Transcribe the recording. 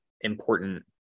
important